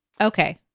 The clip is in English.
okay